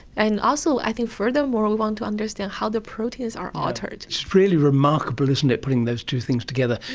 and also i think furthermore we want to understand how the proteins are altered. it's really remarkable, isn't it, putting those two things together.